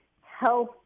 health